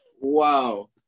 Wow